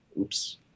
Oops